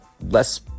less